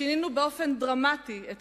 שינינו באופן דרמטי את